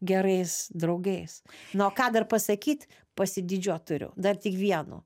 gerais draugais na o ką dar pasakyt pasididžiuot turiu dar tik vienu